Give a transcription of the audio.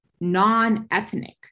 non-ethnic